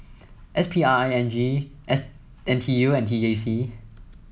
S P R I N G S N T U and T A C